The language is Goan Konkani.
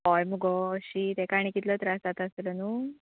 हय मुगो शी तेका आणी कितलो त्रास जाता आसतलो न्हू